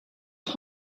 had